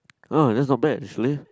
oh that's not bad actually